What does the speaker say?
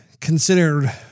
considered